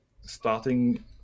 starting